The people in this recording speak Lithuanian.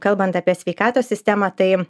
kalbant apie sveikatos sistemą tai